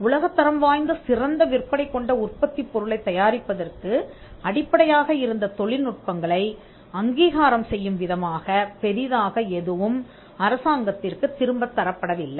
உலகத்தரம் வாய்ந்த சிறந்த விற்பனை கொண்ட உற்பத்திப் பொருளைத் தயாரிப்பதற்கு அடிப்படையாக இருந்த தொழில்நுட்பங்களை அங்கீகாரம் செய்யும் விதமாகப் பெரிதாக எதுவும் அரசாங்கத்திற்குத் திரும்பத் தரப்படவில்லை